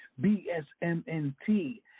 B-S-M-N-T